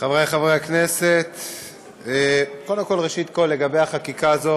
חבריי חברי הכנסת, קודם כול, לגבי החקיקה הזאת.